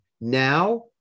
Now